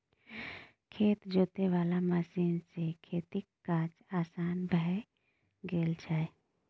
खेत जोते वाला मशीन सँ खेतीक काज असान भए गेल छै